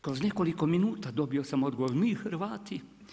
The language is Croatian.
Kroz nekoliko minuta dobio sam odgovor, „Mi Hrvati“